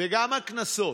וגם הקנסות,